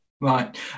Right